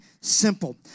simple